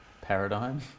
paradigm